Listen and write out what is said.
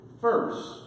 first